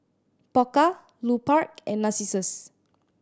Pokka Lupark and Narcissus